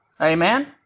Amen